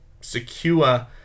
secure